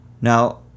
Now